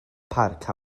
parc